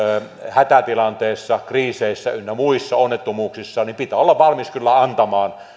hätätilanteessa kriiseissä ynnä muissa onnettomuuksissa niin silloin pitää olla valmis kyllä antamaan